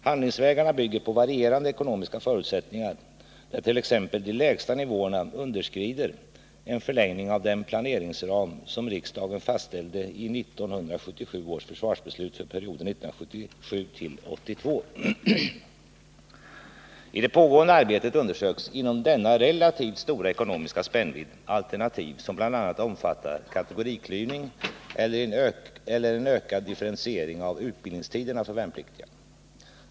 Handlingsvägarna bygger på varierande ekonomiska förutsättningar, där t.ex. de lägsta nivåerna underskrider en förlängning av den planeringsram som riksdagen fastställde i 1977 års försvarsbeslut för perioden 1977-1982. I det pågående arbetet undersöks inom denna relativt stora ekonomiska spännvidd alternativ som bl.a. omfattar kategoriklyvning eller en ökad differentiering av utbildningstiderna för värnpliktiga.